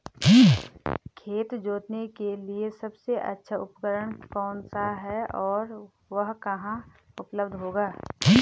खेत जोतने के लिए सबसे अच्छा उपकरण कौन सा है और वह कहाँ उपलब्ध होगा?